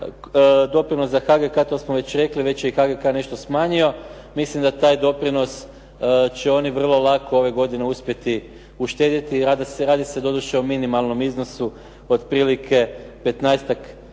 doprinos za HGK, to smo već rekli. već je i HGK-a već nešto smanjio, mislim da taj doprinos će oni vrlo lako ove godine uspjeti uštedjeti. Radi se doduše o minimalnom iznosu otprilike 15-ak